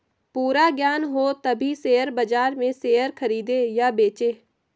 पूरा ज्ञान हो तभी शेयर बाजार में शेयर खरीदे या बेचे